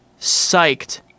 psyched